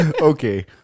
Okay